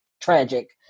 tragic